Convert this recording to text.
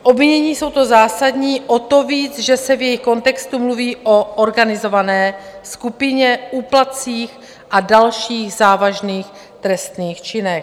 Obvinění jsou to zásadní o to víc, že se v jejich kontextu mluví o organizované skupině, úplatcích a dalších závažných trestných činech.